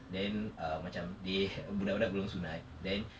then err macam they budak-budak belum sunat then